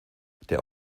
der